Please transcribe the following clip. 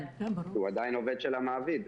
כן, הוא עדיין עובד של המעביד.